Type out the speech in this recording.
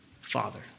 father